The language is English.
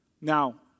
Now